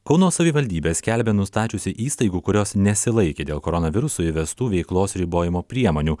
kauno savivaldybė skelbia nustačiusi įstaigų kurios nesilaikė dėl koronaviruso įvestų veiklos ribojimo priemonių